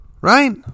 right